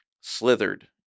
slithered